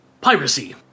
Piracy